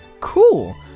Cool